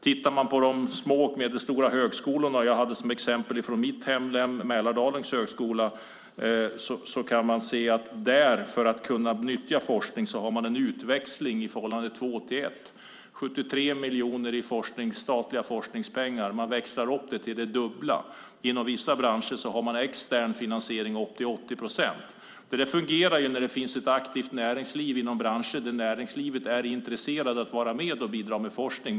Tittar man på de små och medelstora högskolorna - jag hade som exempel från mitt hemlän Mälardalens högskola - kan man se att för att kunna utnyttja forskningsmedel har man en utväxling. 73 miljoner i statliga forskningspengar växlar man upp till det dubbla. Inom vissa branscher har man extern finansiering upp till 80 procent. Det fungerar när det finns ett aktivt näringsliv inom branscher där näringslivet är intresserat av att vara med och bidra med forskning.